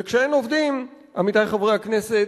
וכשאין עובדים, עמיתי חברי הכנסת,